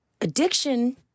addiction